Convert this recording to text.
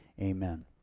Amen